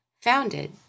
founded